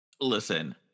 Listen